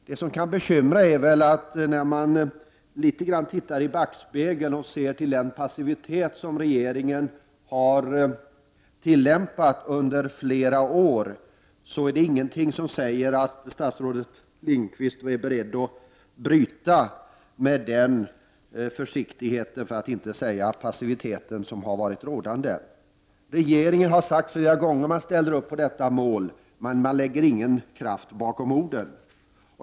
Det som kan bekymra när man tittar i backspegeln och ser regeringens passivitet under flera år är att det finns ingenting som säger att statsrådet Lindqvist är beredd att bryta den försiktighet, för att inte säga passivitet som har varit rådande. Regeringen har sagt flera gånger att man ställer upp på detta mål, men man lägger ingen kraft bakom orden.